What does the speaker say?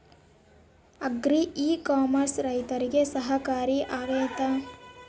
Agri e commerce ರೈತರಿಗೆ ಸಹಕಾರಿ ಆಗ್ತೈತಾ?